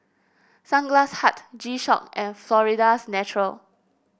Sunglass Hut G Shock and Florida's Natural